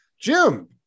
Jim